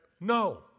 no